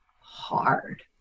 hard